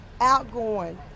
outgoing